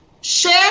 Share